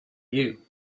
you